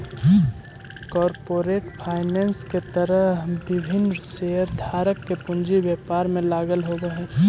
corporate finance के तहत विभिन्न शेयरधारक के पूंजी व्यापार में लगल होवऽ हइ